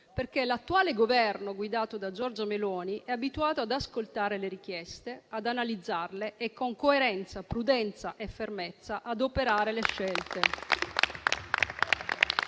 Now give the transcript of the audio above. perché l'attuale Governo guidato da Giorgia Meloni è abituato ad ascoltare le richieste, ad analizzarle e, con coerenza, prudenza e fermezza, ad operare le scelte